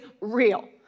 real